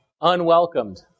unwelcomed